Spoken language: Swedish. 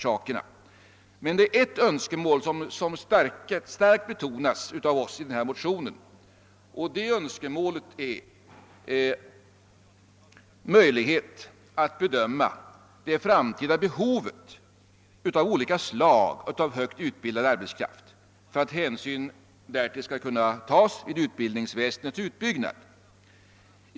Det är emellertid ett önskemål som starkt betonas av oss i denna motion, nämligen möjligheten att bedöma det framtida behovet av olika slag av högt utbildad arbetskraft för att hänsyn därtill skall kunna tas vid utbildningsväsendets utbyggnad.